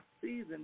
season